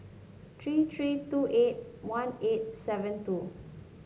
three three two eight one eight seven two